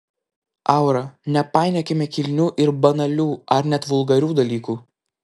aura nepainiokime kilnių ir banalių ar net vulgarių dalykų